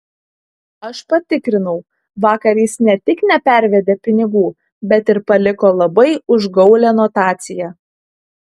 aš patikrinau vakar jis ne tik nepervedė pinigų bet ir paliko labai užgaulią notaciją